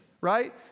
right